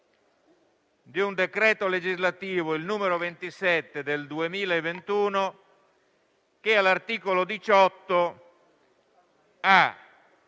di un decreto legislativo, il n. 27 del 2021, che all'articolo 18 ha